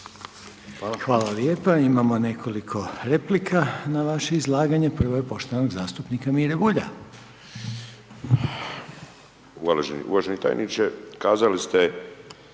Hvala lijepa. Imamo nekoliko replika, na vaše izlaganje. Prvo je poštovanog zastupnika Mire Bulja. **Bulj, Miro (MOST)** Uvaženi tajniče, kazali ste